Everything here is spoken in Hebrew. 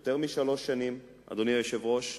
יותר משלוש שנים, אדוני היושב-ראש.